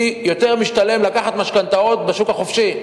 כי יותר משתלם לקחת משכנתאות בשוק החופשי.